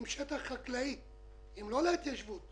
על שטח חקלאי, לא להתיישבות.